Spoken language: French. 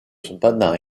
cependant